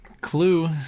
clue